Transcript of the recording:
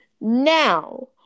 Now